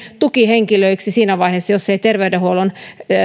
tukihenkilöksi siinä vaiheessa jos eivät terveydenhuollon